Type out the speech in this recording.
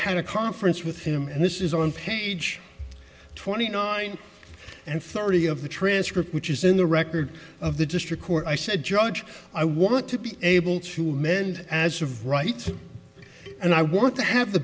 had a conference with him and this is on page twenty nine and thirty of the transcript which is in the record of the district court i said judge i want to be able to mend as of right and i want to have the